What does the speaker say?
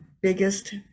biggest